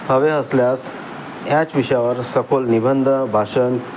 हवे असल्यास ह्याच विषयावर सखोल निबंध भाषण